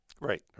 Right